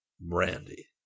Brandy